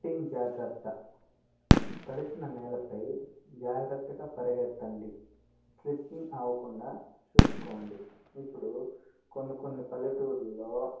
footing జాగ్రత్త తడిసిన నేలపై జాగ్రత్తగా పరిగెత్తండి స్లిప్పింగ్ అవకుండా చూసుకోండి ఇప్పుడు కొన్ని కొన్ని పల్లెటూర్లలో